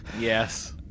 yes